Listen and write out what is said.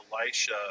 Elisha